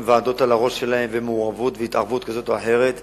ועדות על הראש שלהם ומעורבות והתערבות כזאת או אחרת.